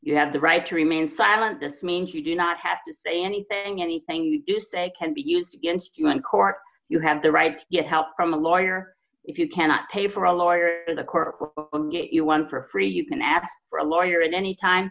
you have the right to remain silent this means you do not have to say anything anything you say can be used against you in court you have the right get help from a lawyer if you cannot pay for a lawyer or the court you want for free you can ask for a lawyer at any time